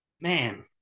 Man